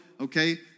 okay